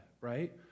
right